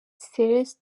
seretse